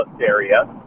area